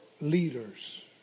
leaders